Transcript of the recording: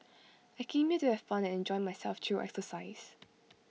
I came here to have fun and enjoy myself through exercise